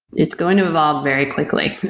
it's going to evolve very quickly.